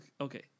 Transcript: Okay